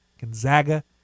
Gonzaga